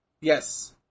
Yes